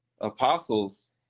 apostles